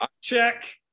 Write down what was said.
check